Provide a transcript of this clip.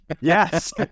Yes